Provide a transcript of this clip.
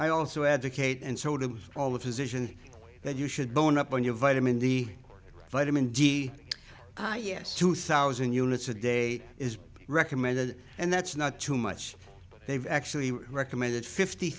i also advocate and so do all the physician that you should bone up on your vitamin d vitamin d ah yes two thousand units a day is recommended and that's not too much they've actually recommended fifty